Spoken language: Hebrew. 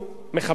תודה רבה.